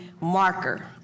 marker